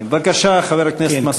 בבקשה, חבר הכנסת מסעוד גנאים.